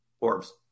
orbs